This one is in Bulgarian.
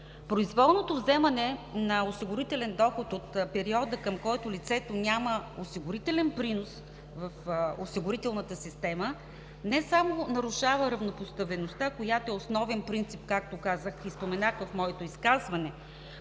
Произволното вземане на осигурителен доход от периода, към който лицето няма осигурителен принос в осигурителната система не само нарушава равнопоставеността, която е основен принцип, както казах и споменах в моето изказване,